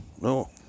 no